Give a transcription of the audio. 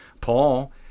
Paul